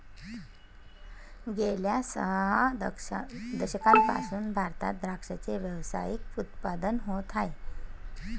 गेल्या सह दशकांपासून भारतात द्राक्षाचे व्यावसायिक उत्पादन होत आहे